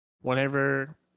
whenever